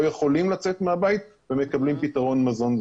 לא יכולים לצאת מהבית ומקבלים פתרון מזון.